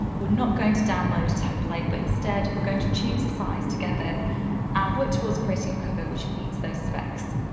we're not going to download a template. but instead, we're going to choose a size together which was creating a cover which meets those specs.